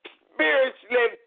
spiritually